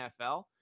NFL